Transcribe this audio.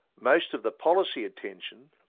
most of the policy attention,